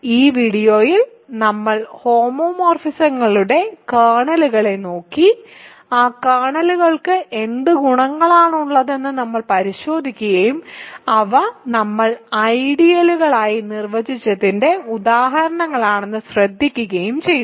ഈ വീഡിയോയിൽ നമ്മൾ ഹോമോമോർഫിസങ്ങളുടെ കേർണലുകളിലേക്ക് നോക്കി ആ കേർണലുകൾക്ക് എന്ത് ഗുണങ്ങളാണുള്ളതെന്ന് നമ്മൾ പരിശോധിക്കുകയും അവ നമ്മൾ ഐഡിയലുകളായി നിർവചിച്ചതിന്റെ ഉദാഹരണങ്ങളാണെന്ന് ശ്രദ്ധിക്കുകയും ചെയ്തു